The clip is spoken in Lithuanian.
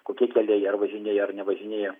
kokie keliai ar važinėja ar nevažinėja